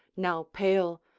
now pale,